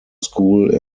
school